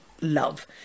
love